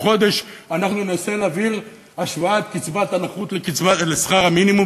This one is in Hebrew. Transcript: חודש אנחנו ננסה להעביר את השוואת קצבת הנכות לשכר המינימום,